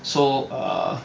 so err